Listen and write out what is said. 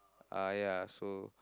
uh ya so